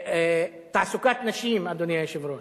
תעסוקת נשים, אדוני היושב-ראש,